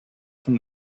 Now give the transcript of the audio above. from